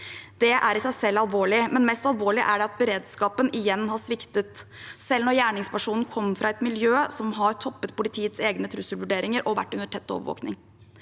Det er i seg selv alvorlig, men mest alvorlig er det at beredskapen igjen har sviktet, selv når gjerningspersonen kom fra et miljø som har toppet politiets egne trusselvurderinger og vært under tett overvåkning.